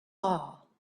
all